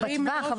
בטווח.